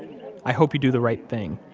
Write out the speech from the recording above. i hope you do the right thing.